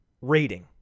rating